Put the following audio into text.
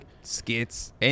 Skits